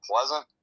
Pleasant